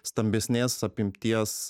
stambesnės apimties